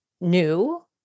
new